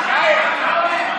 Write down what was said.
פלילית), התשפ"א 2021,